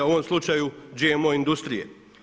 U ovom slučaju GMO industrije.